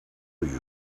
you